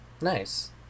Nice